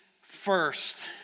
first